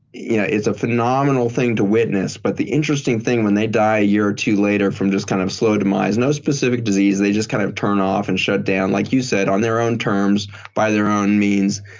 yeah it's a phenomenal thing to witness but the interesting thing. when they die a year or two later from just kind of slow demise. no specific disease. they just kind of turn off and shut down like you said, on their own terms, by their own means,